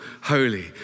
holy